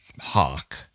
hawk